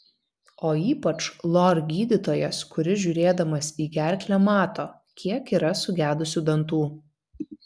o ypač lor gydytojas kuris žiūrėdamas į gerklę mato kiek yra sugedusių dantų